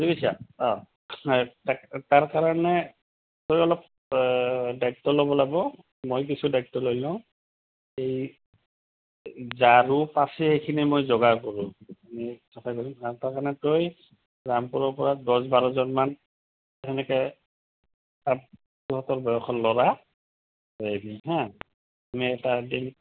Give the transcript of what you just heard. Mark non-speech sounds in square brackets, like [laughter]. বুজিছা অঁ [unintelligible] তাৰ কাৰণে তই অলপ দায়িত্ব ল'ব লাগিব মই কিছু দায়িত্ব লৈ লওঁ এই ঝাড়ু পাচি সেইখিনি মই যোগাৰ কৰোঁ [unintelligible] তাৰ কাৰণে তই ৰামপুৰৰ পৰা দহ বাৰজনমান তেনেকে ছাত্ৰহঁতৰ বয়সৰ ল'ৰা লৈ আহিবি হা আমি এটা দিন